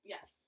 Yes